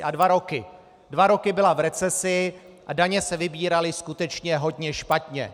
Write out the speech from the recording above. A dva roky byla v recesi a daně se vybíraly skutečně hodně špatně.